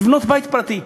לבנות בית פרטי.